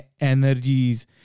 energies